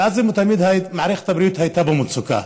מאז ומתמיד מערכת הבריאות הייתה במצוקה.